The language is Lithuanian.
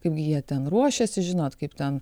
kaipgi jie ten ruošėsi žinot kaip ten